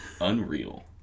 Unreal